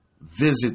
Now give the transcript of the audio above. visit